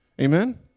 Amen